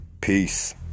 Peace